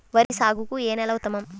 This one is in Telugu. వరి సాగుకు ఏ నేల ఉత్తమం?